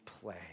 play